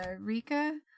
Rika